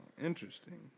interesting